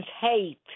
hate